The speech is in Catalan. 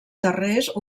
tarrés